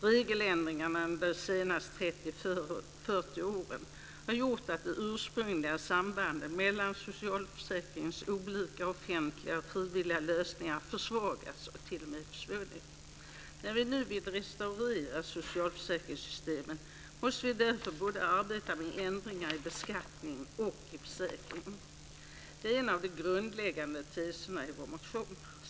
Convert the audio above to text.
Regeländringarna under de senaste 30-40 åren har gjort att de ursprungliga sambanden mellan socialförsäkringens olika offentliga och frivilliga lösningar försvagats och t.o.m. försvunnit. När vi nu vill restaurera socialförsäkringssystemet måste vi därför arbeta med ändringar både i beskattningen och i försäkringen. Det är en av de grundläggande teserna i vår motion.